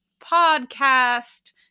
podcast